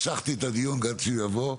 משכתי את הדיון עד שהוא יבוא.